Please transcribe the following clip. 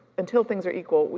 until things are equal,